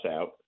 out